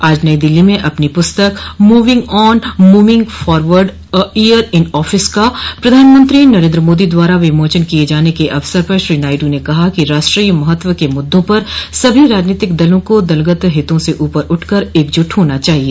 आज नई दिल्ली में अपनी पुस्तक moving on moving forward a year in office का प्रधानमंत्री नरेन्द्र मोदी द्वारा विमाचन किये जाने के अवसर पर श्री नायडू ने कहा कि राष्ट्रीय महत्व के मुद्दों पर सभी राजनीतिक दलों को दलगत हितों से ऊपर उठकर एकजुट होना चाहिए